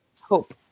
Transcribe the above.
hope